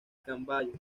camboya